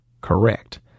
Correct